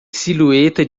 silhueta